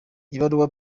ibaruwa